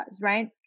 right